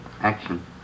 Action